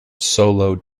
solo